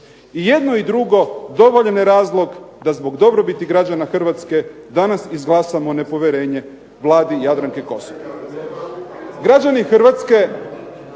I jedno i drugo dovoljan je razlog da zbog dobrobiti građana Hrvatske danas izglasamo nepovjerenje Vladi Jadranke Kosor. Građani Hrvatske